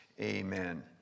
Amen